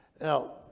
Now